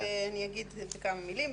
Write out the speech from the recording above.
כן, אז אני אגיד כמה מילים.